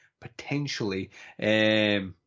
potentially